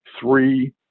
three